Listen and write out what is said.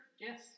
Yes